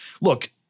Look